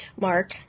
Mark